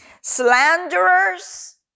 slanderers